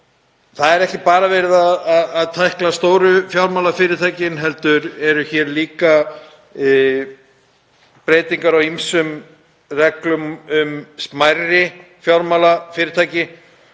Það er ekki bara verið að tækla stóru fjármálafyrirtækin heldur eru hér líka breytingar á ýmsum reglum um smærri fjármálafyrirtæki